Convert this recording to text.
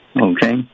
Okay